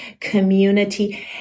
community